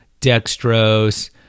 dextrose